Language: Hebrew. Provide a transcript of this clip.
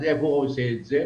ואז היכן הוא עושה את זה?